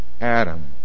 Adam